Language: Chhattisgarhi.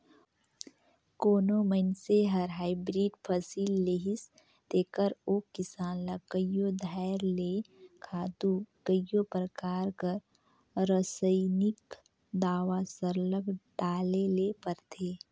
कोनो मइनसे हर हाईब्रिड फसिल लेहिस तेकर ओ किसान ल कइयो धाएर ले खातू कइयो परकार कर रसइनिक दावा सरलग डाले ले परथे